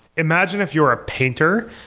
imagine if you're a painter,